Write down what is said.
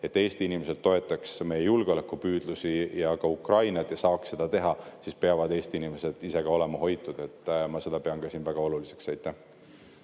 Et Eesti inimesed toetaks meie julgeolekupüüdlusi ja ka Ukrainat ja saaks seda teha, peavad Eesti inimesed ise ka olema hoitud. Ma pean seda väga oluliseks.